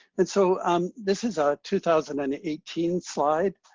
and so um this is a two thousand and eighteen slide.